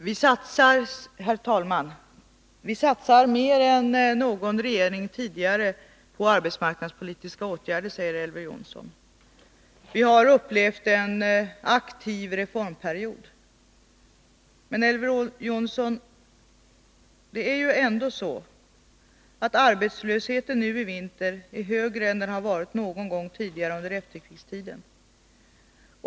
Herr talman! Vi satsar mer än någon tidigare regering på arbetsmarknadspolitiska åtgärder, säger Elver Jonsson. Vi har upplevt en aktiv reformperiod. Men, Elver Jonsson, det är ju ändå så att arbetslösheten nu i vinter är högre än den varit någon gång tidigare under efterkrigstiden.